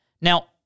Now